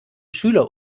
schüler